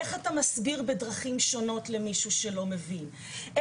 איך אתה מסביר בדרכים שונות למישהו שלא מבין?